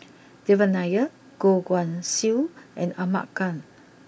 Devan Nair Goh Guan Siew and Ahmad Khan